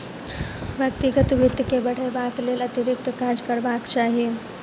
व्यक्तिगत वित्त के बढ़यबाक लेल अतिरिक्त काज करबाक चाही